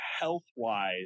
health-wise